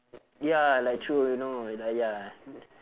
ya like true you know you like ya